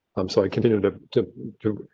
i'm so i continue to to to